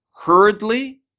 hurriedly